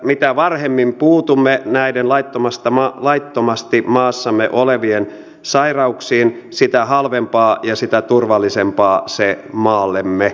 mitä varhemmin puutumme näiden laittomasti maassamme olevien sairauksiin sitä halvempaa ja sitä turvallisempaa se maallemme on